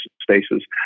spaces